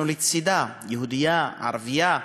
אנחנו לצדה: יהודייה, ערבייה.